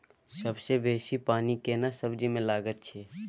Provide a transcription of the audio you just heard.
सबसे बेसी पानी केना सब्जी मे लागैत अछि?